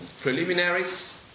preliminaries